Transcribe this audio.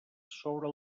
sobre